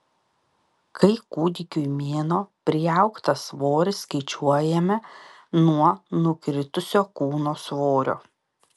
kai kūdikiui mėnuo priaugtą svorį skaičiuojame nuo nukritusio kūno svorio